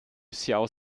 hsiao